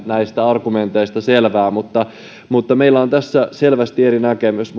argumenteista selvää mutta mutta meillä on tässä selvästi eri näkemys